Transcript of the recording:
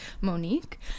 Monique